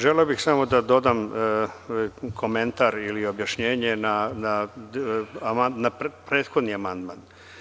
Želeo bih samo da dodam komentar ili objašnjenje na prethodni amandman.